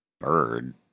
bird